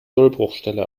sollbruchstelle